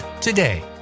today